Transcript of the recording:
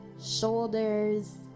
shoulders